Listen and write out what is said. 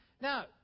Now